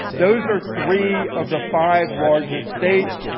those are three of the five largest states.